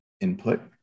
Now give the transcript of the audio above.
input